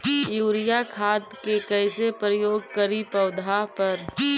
Urea खाद के कैसे प्रयोग करि पौधा पर?